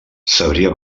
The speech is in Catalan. sabria